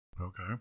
Okay